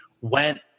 went